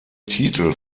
titel